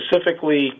specifically